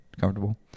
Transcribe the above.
comfortable